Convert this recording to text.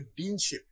deanship